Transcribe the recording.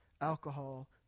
alcohol